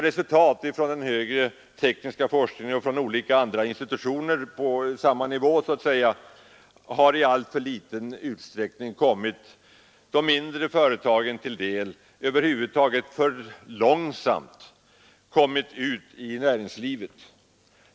Resultaten från den högre tekniska forskningen och från olika andra institutioner på samma nivå har i alltför liten utsträckning kommit de mindre företagen till del och över huvud taget för långsamt kommit ut i näringslivet.